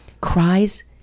cries